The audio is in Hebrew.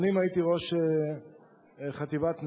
שנים הייתי ראש חטיבת נוער,